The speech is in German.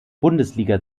bundesliga